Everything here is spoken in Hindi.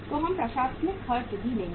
तो हम प्रशासनिक खर्च भी लेंगे